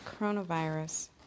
coronavirus